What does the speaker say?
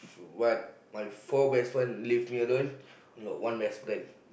when my four best friend leave me alone I got one best friend